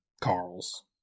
Carl's